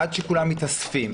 עד שכולם מתאספים,